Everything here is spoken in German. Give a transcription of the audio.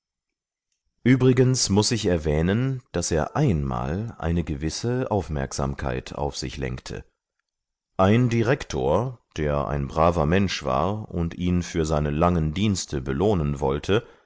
übrigens muß ich erwähnen daß er einmal eine gewisse aufmerksamkeit auf sich lenkte ein direktor der ein braver mensch war und ihn für seine langen dienste belohnen wollte